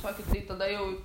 tokį tai tada jau